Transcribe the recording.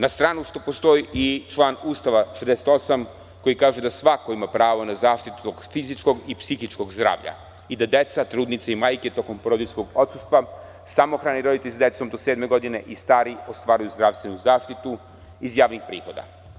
Na stranu što postoji i član Ustava 68. koji kaže da svako ima pravo na zaštitu fizičkog i psihičkogzdravlja i da deca, trudnice i majke tokom porodiljskog odsustva, samohrani roditelji sa decom do sedme godine i stari ostvaruju zdravstvenu zaštitu iz javnih prihoda.